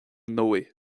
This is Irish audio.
ndóigh